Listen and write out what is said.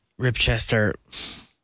Ripchester